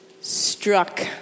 struck